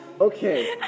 Okay